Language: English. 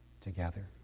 together